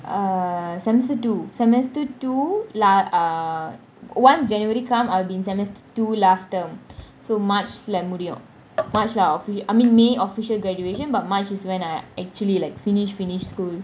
err semester two semester two lah err once january come I'll be in semester two last term so march lah முடியும் :mudiyum march lah offi~ I mean may official graduation but march is when I actually like finish finish school